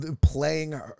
playing